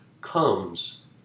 comes